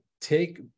take